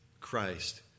Christ